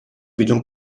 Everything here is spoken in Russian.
ведем